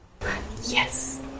Yes